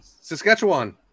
Saskatchewan